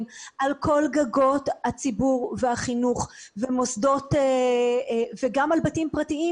על כל גגות הציבור והחינוך וגם על בתים פרטיים.